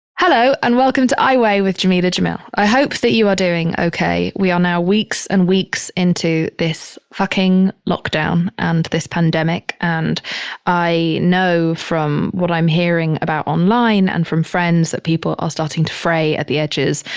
hello and welcome to i weigh with jameela jamil. i hope that you are doing okay. we are now weeks and weeks into this fucking lockdown and this pandemic. and i know from what i'm hearing about online and from friends that people are starting to fray at the edges.